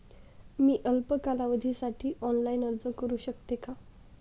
मी अल्प कालावधीसाठी ऑनलाइन अर्ज करू शकते का?